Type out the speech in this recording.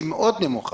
שהוא נמוך מאוד.